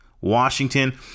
Washington